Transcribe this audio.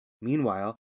Meanwhile